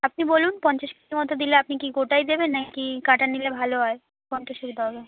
আপনি বলুন পঞ্চাশ কেজি মতো দিলে আপনি কি গোটাই দেবেন নাকি কাটা নিলে ভালো হয় পঞ্চাশ কেজি তাহলে